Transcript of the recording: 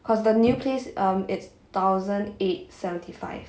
because the new place um it's thousand eight seventy five